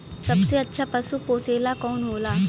सबसे अच्छा पशु पोसेला कौन होला?